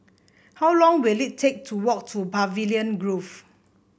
how long will it take to walk to Pavilion Grove